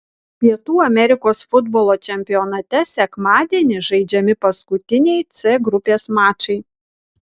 pietų amerikos futbolo čempionate sekmadienį žaidžiami paskutiniai c grupės mačai